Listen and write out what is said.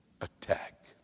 attack